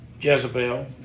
jezebel